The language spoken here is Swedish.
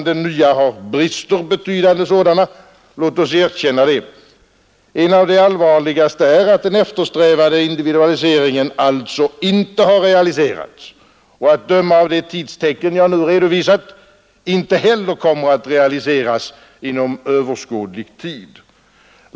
Den nya skolan har betydande brister — låt oss erkänna det. En av de allvarligaste är att den eftersträvade indivualiseringen inte har realiserats. Att döma av de tidstecken jag nu har redovisat kommer den inte heller att realiseras inom överskådlig tid.